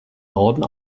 norden